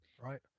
right